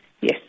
Yes